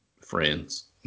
friends